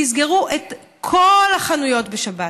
תסגרו את כל החנויות בשבת,